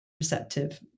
receptive